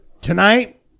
Tonight